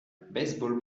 baseball